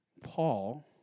Paul